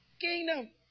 kingdom